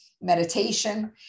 meditation